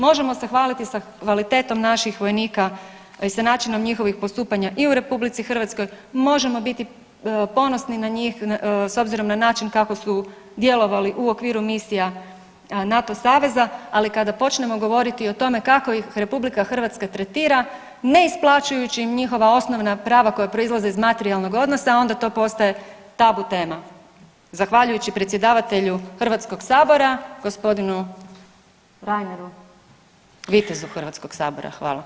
Možemo se hvaliti sa kvalitetom naših vojnika i sa načinom njihovih postupanja i u RH, možemo biti ponosni na njih s obzirom na način kako su djelovali u okviru misija NATO saveza, ali kada počnemo govoriti o tome kako ih RH tretira ne isplaćujući im njihova osnovna prava koja proizlaze iz materijalnog odnosa onda to postaje tabu tema zahvaljujući predsjedavatelju gospodinu Reineru, vitezu Hrvatskog sabora.